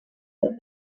that